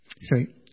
Sorry